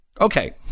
okay